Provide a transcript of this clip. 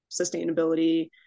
sustainability